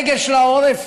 הרגל של העורף